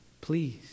please